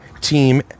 team